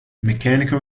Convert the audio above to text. mechanical